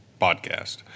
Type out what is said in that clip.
podcast